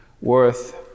worth